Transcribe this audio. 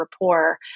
rapport